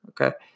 Okay